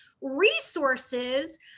resources